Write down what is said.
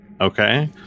Okay